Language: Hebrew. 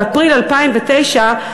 באפריל 2009,